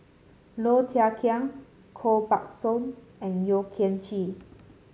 Low Thia Khiang Koh Buck Song and Yeo Kian Chye